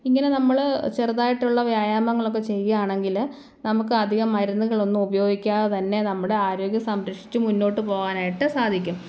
ഇങ്ങനെ നമ്മള് ചെറുതായിട്ടുള്ള വ്യായാമങ്ങളൊക്കെ ചെയ്യുകയാണെങ്കില് നമുക്ക് അധികം മരുന്നുകളൊന്നും ഉപയോഗിക്കാതെ തന്നെ നമ്മുടെ ആരോഗ്യം സംരക്ഷിച്ച് മുന്നോട്ടു പോകാനായിട്ട് സാധിക്കും